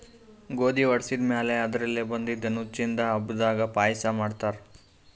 ಗೋಧಿ ವಡಿಸಿದ್ ಮ್ಯಾಲ್ ಅದರ್ಲೆ ಬಂದಿದ್ದ ನುಚ್ಚಿಂದು ಹಬ್ಬದಾಗ್ ಪಾಯಸ ಮಾಡ್ತಾರ್